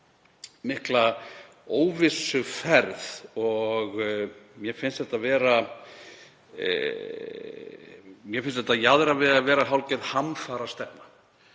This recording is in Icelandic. mikla óvissuferð og mér finnst þetta jaðra við að vera hálfgerð hamfarastefna.